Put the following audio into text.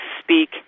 speak